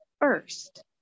first